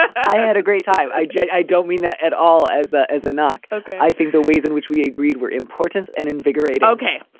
i had a great time. i just i don't mean that at all as ah as a. nuck, ok. i think the ways in which we agreed were important and invigorate. ok.